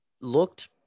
looked